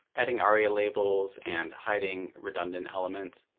adding aria-labels and hiding redundant elements.